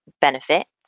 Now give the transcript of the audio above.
benefits